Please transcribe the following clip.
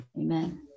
Amen